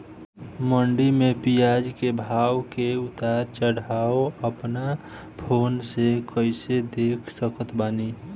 मंडी मे प्याज के भाव के उतार चढ़ाव अपना फोन से कइसे देख सकत बानी?